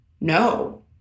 No